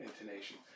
intonation